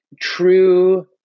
true